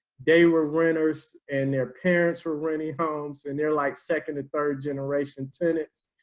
they were winners and their parents were renting homes and they're like, second and third generation tenants.